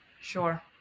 Sure